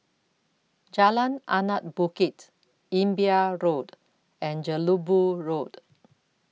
Jalan Anak Bukit Imbiah Road and Jelebu Road